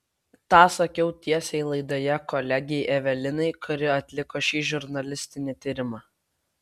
tą sakiau tiesiai laidoje kolegei evelinai kuri atliko šį žurnalistinį tyrimą